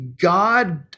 God